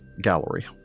gallery